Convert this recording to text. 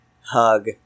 hug